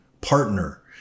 partner